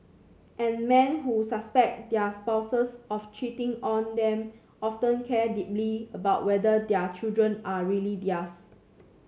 and men who suspect their spouses of cheating on them often care deeply about whether their children are really theirs